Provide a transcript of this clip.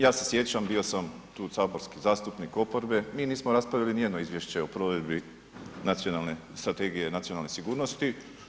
Ja se sjećam, bio sam tu saborski zastupnik oporbe, mi nismo raspravili ni jedno izvješće o provedbi nacionalne strategije, nacionalne sigurnosti.